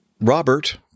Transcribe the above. Robert